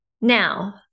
Now